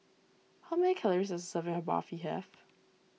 how many calories does a serving of Barfi have